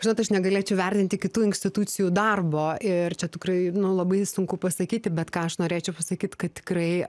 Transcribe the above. žinot aš negalėčiau vertinti kitų inkstitucijų darbo ir čia tikrai labai sunku pasakyti bet ką aš norėčiau pasakyt kad tikrai